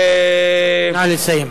נא לסיים.